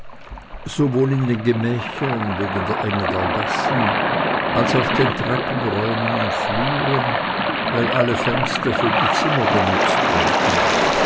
sowohl in den gemächern wegen der enge der gassen als auf den treppenräumen und fluren weil alle fenster für die zimmer benutzt wurden